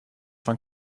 van